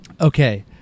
Okay